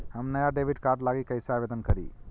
हम नया debit card लागी कईसे आवेदन करी?